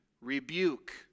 rebuke